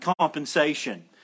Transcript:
compensation